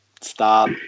Stop